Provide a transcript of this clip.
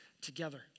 together